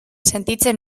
sentitzen